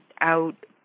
out